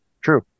True